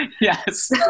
Yes